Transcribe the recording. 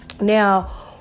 Now